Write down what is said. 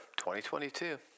2022